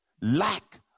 lack